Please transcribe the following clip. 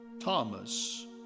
Thomas